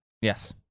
Yes